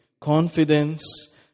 confidence